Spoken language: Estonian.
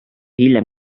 hiljem